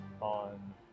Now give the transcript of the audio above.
on